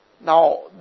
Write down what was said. Now